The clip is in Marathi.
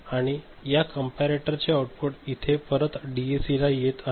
आणि या कंपॅरेटर चे आउटपुट इथे परत डीएसीला येत आहे